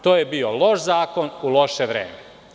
To je bio loš zakon u loše vreme.